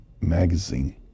magazine